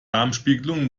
darmspiegelung